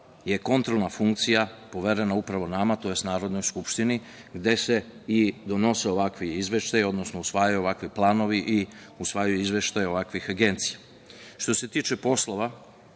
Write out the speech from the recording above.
je kontrolna funkcija poverena upravo nama, tj. Narodnoj skupštini, gde se i donose ovakvi izveštaji, odnosno usvajaju ovakvi planovi i usvajaju izveštaji ovakvih agencija. Što se tiče poslova